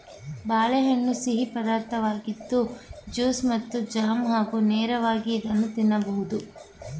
ಬಾಳೆಹಣ್ಣು ಸಿಹಿ ಪದಾರ್ಥವಾಗಿದ್ದು ಜ್ಯೂಸ್ ಮತ್ತು ಜಾಮ್ ಹಾಗೂ ನೇರವಾಗಿ ಇದನ್ನು ತಿನ್ನಬೋದು